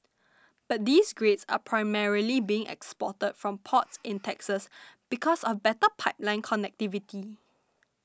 but these grades are primarily being exported from ports in Texas because of better pipeline connectivity